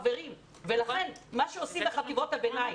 לכן מה שעושים בחטיבות הביניים,